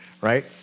right